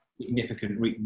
significant